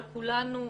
על כולנו,